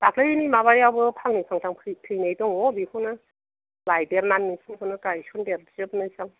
दाख्लैनि माबायाबो फांनै फांथाम थैनाय दङ बेखौनो लायदेरनानै नोंसोरनिखौनो गायसनदेर जोबनोसै आं